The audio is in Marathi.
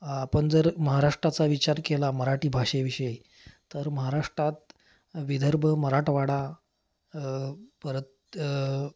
आपण जर महाराष्ट्राचा विचार केला मराठी भाषेविषयी तर महाराष्ट्रात विदर्भ मराठवाडा परत